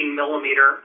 millimeter